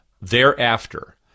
Thereafter